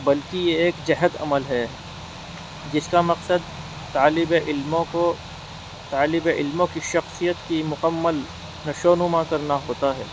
بلکہ یہ ایک جہد عمل ہے جس کا مقصد طالب علموں کو طالب علموں کی شخصیت کی مکمل نشو نما کرنا ہوتا ہے